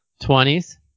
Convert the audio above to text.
twenties